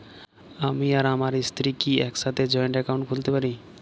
আমি আর আমার স্ত্রী কি একসাথে জয়েন্ট অ্যাকাউন্ট খুলতে পারি?